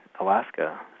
Alaska